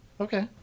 Okay